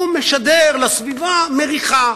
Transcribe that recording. הוא משדר לסביבה מריחה: